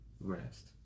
rest